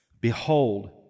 Behold